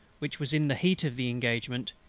which was in the heat of the engagement,